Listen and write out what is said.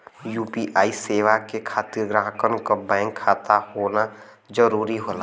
UPI सेवा के खातिर ग्राहकन क बैंक खाता होना जरुरी होला